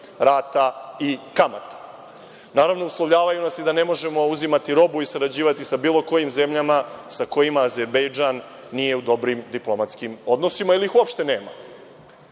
rata i kamata. Naravno, uslovljavaju nas da ne možemo uzimati robu i sarađivati sa bilo kojim zemljama sa kojima Azerbejdžan nije u dobrim diplomatskim odnosima ili ih uopšte nema.